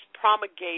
promulgated